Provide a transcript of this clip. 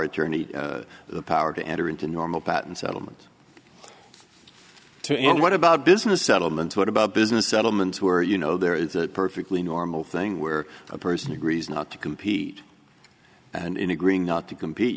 attorney the power to enter into normal pattern settlement to end what about business settlements what about business settlements who are you know there is a perfectly normal thing where a person agrees not to compete and in agreeing not to compete